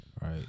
Right